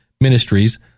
ministries